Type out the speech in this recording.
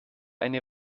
eine